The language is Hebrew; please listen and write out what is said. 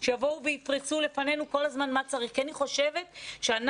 שיבואו ויפרסו בפנינו כל הזמן מה צריך כי אני חושבת שאנחנו,